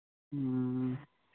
ꯎꯝ